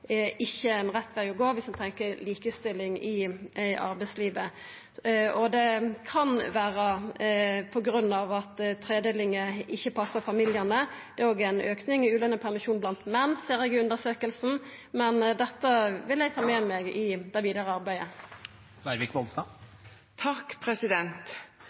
ikkje rett veg å gå viss ein tenkjer likestilling i arbeidslivet. Det kan vera på grunn av at tredelinga ikkje passar familiane. Det er òg ein auke i ulønt permisjon blant menn, ser eg i undersøkinga. Dette vil eg ta med meg i det vidare arbeidet.